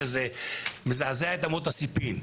שזה מזעזע את אמות הסיפים,